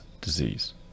disease